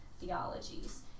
theologies